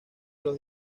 los